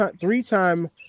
three-time